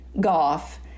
Goff